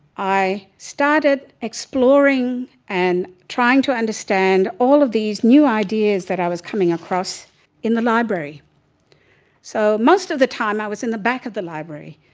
i started exploring and trying to understand all of these new ideas i was coming across in the library so most of the time i was in the back of the library,